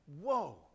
Whoa